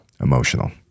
emotional